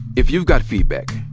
if you've got feedback,